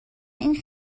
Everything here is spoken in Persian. این